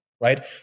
right